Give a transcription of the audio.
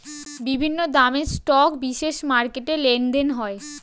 বিভিন্ন দামের স্টক বিশেষ মার্কেটে লেনদেন হয়